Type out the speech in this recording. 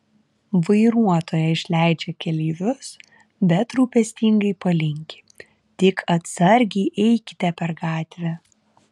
vairuotoja išleidžia keleivius bet rūpestingai palinki tik atsargiai eikite per gatvę